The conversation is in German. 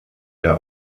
der